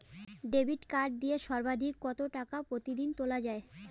Debit card দিয়ে সর্বাধিক কত টাকা প্রতিদিন তোলা য়ায়?